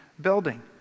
building